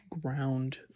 ground